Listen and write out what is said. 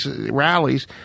rallies